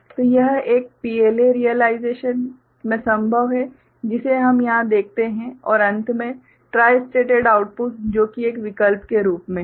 तो यह एक PLA रियलाइजेशन में संभव है जिसे हम यहां देखते हैं और अंत में ट्राई स्टेटेड आउटपुट जो कि एक विकल्प के रूप में है